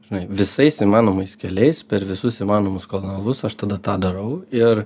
žinai visais įmanomais keliais per visus įmanomus kanalus aš tada tą darau ir